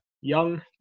young